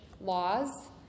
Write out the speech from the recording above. laws